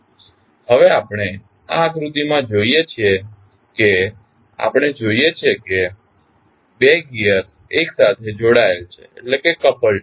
હવે આપણે આ આકૃતિમાં જોઈએ છીએ આપણે જોઈએ છીએ કે 2 ગિઅર્સ એકસાથે જોડાયેલા છે